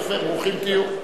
יפה, ברוכים תהיו.